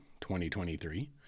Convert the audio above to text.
2023